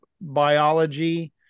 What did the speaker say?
biology